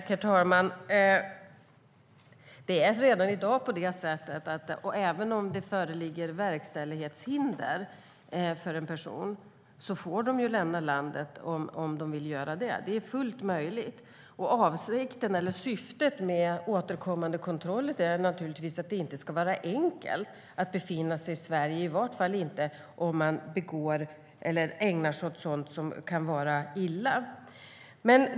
Herr talman! Även om det föreligger verkställighetshinder för att utvisa en person kan man redan i dag lämna landet om man vill göra det. Det är fullt möjligt. Syftet med återkommande kontroller är naturligtvis att det inte ska vara enkelt att befinna sig i Sverige, i varje fall inte om man ägnar sig åt sådant som kan vara skadligt.